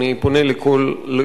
אני פונה לכולכם,